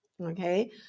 Okay